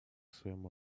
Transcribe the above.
своему